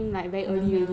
and the map lah